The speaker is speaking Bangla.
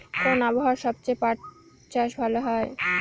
কোন আবহাওয়ায় সবচেয়ে পাট চাষ ভালো হয়?